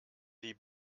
die